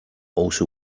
also